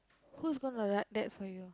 who's going to write that for you